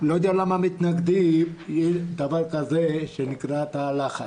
לא יודע למה מתנגדים לדבר כזה שנקרא תא לחץ.